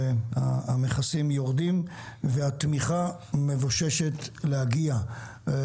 המכסים יורדים והתמיכה, מבוששת להגיע.